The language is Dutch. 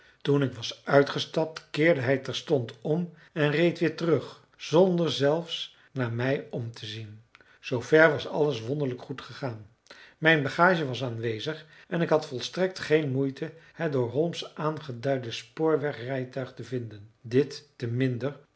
toen ik was uitgestapt keerde hij terstond om en reed weer terug zonder zelfs naar mij om te zien illustratie mijn afgeleefde italiaansche vriend zoover was alles wonderlijk goed gegaan mijn bagage was aanwezig en ik had volstrekt geen moeite het door holmes aangeduide spoorwegrijtuig te vinden dit te minder